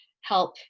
help